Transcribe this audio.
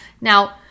Now